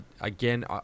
again